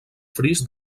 fris